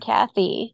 Kathy